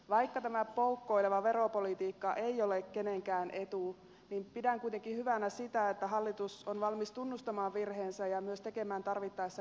vaikka tämä poukkoileva veropolitiikka ei ole kenenkään etu pidän kuitenkin hyvänä sitä että hallitus on valmis tunnustamaan virheensä ja myös tekemään tarvittaessa korjausliikkeitä